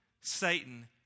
Satan